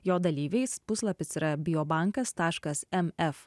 jo dalyviais puslapis yra biobankas taškas mf